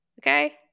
Okay